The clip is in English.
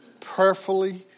prayerfully